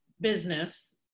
business